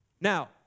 Now